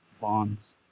Bonds